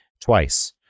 twice